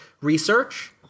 research